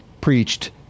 preached